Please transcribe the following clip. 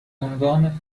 عنوان